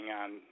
on